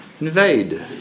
Invade